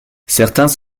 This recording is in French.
certains